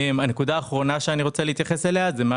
הנקודה האחרונה שאני רוצה להתייחס אליה זה מה